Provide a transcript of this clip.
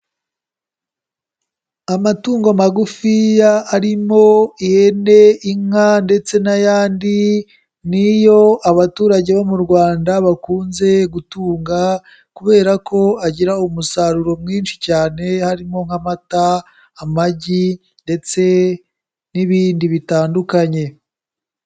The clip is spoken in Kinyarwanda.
Amatungo magufiya arimo ihene, inka ndetse n'ayandi, niyo abaturage bo mu Rwanda bakunze gutunga kubera ko agira umusaruro mwinshi cyane harimo nk'amata, amagi ndetse n'ibindi bitandukanye.